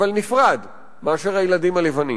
אבל נפרד משל הילדים הלבנים.